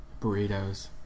Burritos